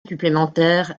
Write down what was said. supplémentaire